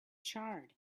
charred